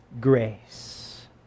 grace